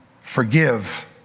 forgive